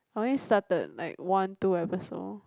I only started like one two episode